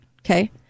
okay